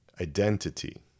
Identity